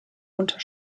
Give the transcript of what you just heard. unter